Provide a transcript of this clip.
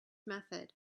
method